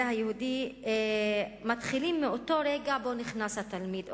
היהודי מתחילים מאותו רגע שבו נכנס התלמיד,